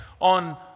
on